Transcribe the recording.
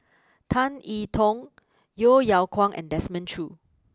Tan E Tong Yeo Yeow Kwang and Desmond Choo